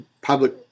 public